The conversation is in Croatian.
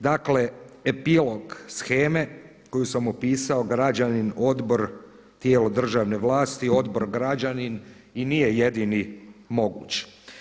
Dakle, epilog sheme koju sam opisa građanin, odbor, tijelo državne vlasti, odbor građanin i nije jedini moguć.